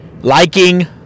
Liking